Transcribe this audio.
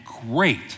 great